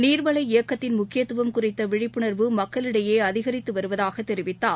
நீர்வள இயக்கத்தின் முக்கியத்துவம் குறித்த விழிப்புணர்வு மக்களிடையே அதிகரித்து வருவதாக தெரிவித்தார்